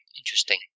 Interesting